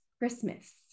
Christmas